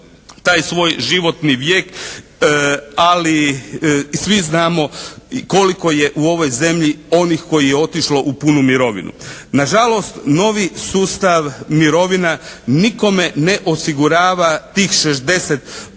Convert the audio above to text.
taj svoj životni vijek? Ali svi znamo koliko je u ovoj zemlji onih kojih je otišlo u punu mirovinu. Nažalost novi sustav mirovina nikome ne osigurava tih 60%